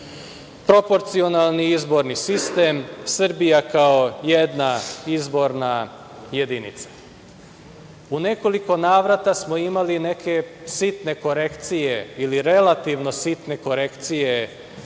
Proporcionalni izborni sistem, Srbija kao jedna izborna jedinica.U nekoliko navrata smo imali neke sitne korekcije ili relativno sitne korekcije